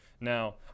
Now